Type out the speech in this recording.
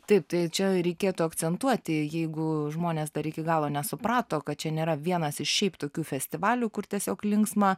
taip tai čia reikėtų akcentuoti jeigu žmonės dar iki galo nesuprato kad čia nėra vienas iš šiaip tokių festivalių kur tiesiog linksma